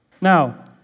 Now